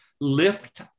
Lift